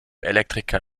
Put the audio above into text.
elektriker